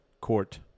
court